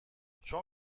چون